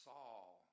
Saul